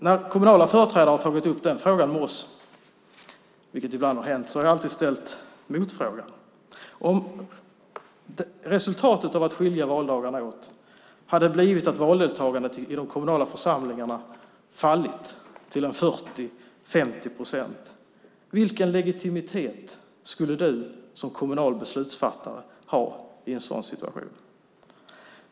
När kommunala företrädare har tagit upp den frågan med oss, vilket ibland har hänt, har jag alltid ställt motfrågan: Om resultatet av att skilja valdagarna åt skulle bli att valdeltagandet i de kommunala församlingarna faller till 40-50 procent, vilken legitimitet skulle du som kommunal beslutsfattare ha i en sådan situation?